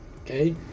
Okay